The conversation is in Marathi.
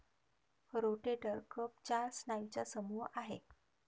रोटेटर कफ चार स्नायूंचा समूह आहे